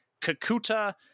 Kakuta